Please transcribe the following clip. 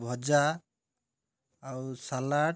ଭଜା ଆଉ ସାଲାଡ଼